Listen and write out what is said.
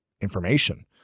information